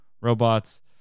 robots